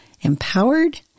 empowered